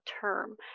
term